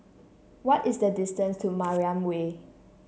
what is the distance to Mariam Way